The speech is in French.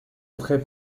entrait